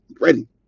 Ready